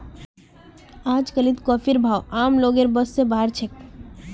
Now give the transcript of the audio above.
अजकालित कॉफीर भाव आम लोगेर बस स बाहर छेक